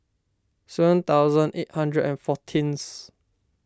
seven thousand eight hundred and fourteenth